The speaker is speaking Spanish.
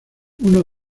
uno